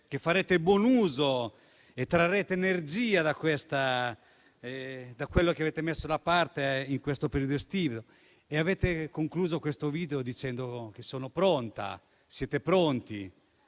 che farete buon uso e trarrete energia da quello che avete messo da parte in questo periodo estivo e avete concluso dicendo che siete pronti.